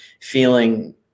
feeling